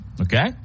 Okay